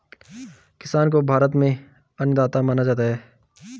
किसान को भारत में अन्नदाता माना जाता है